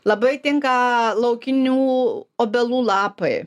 labai tinka laukinių obelų lapai